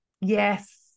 Yes